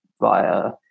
via